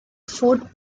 fort